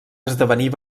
esdevenir